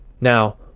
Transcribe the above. now